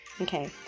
Okay